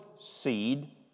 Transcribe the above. seed